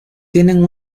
tienen